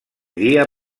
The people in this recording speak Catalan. dia